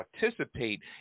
participate